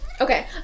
Okay